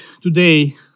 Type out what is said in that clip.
today